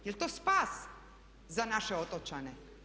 Jel' to spas za naše otočane.